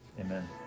Amen